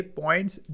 points